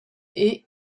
est